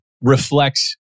reflects